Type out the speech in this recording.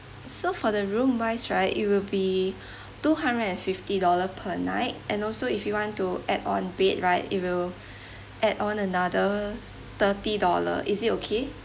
so for the room wise right it will be two hundred and fifty dollar per night and also if you want to add on bed right it will add on another thirty dollar is it okay